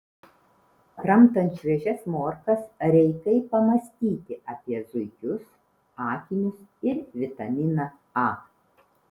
kramtant šviežias morkas reikai pamąstyti apie zuikius akinius ir vitaminą a